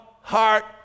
heart